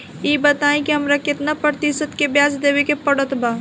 ई बताई की हमरा केतना प्रतिशत के ब्याज देवे के पड़त बा?